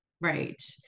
Right